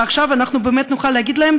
ועכשיו אנחנו באמת נוכל להגיד להם: